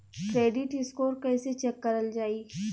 Credit score कइसे check करल जायी?